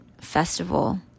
festival